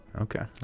Okay